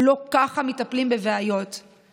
שהיא מתנכלת לתושבי ביר הדאג':